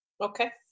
Okay